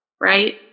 Right